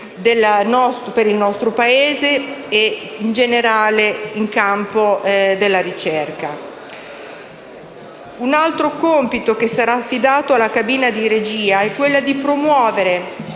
strategici del nostro Paese e, in generale, nel campo della ricerca. Un altro compito che sarà affidato alla cabina di regia è quello di promuovere,